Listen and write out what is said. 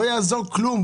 לא יעזור כלום.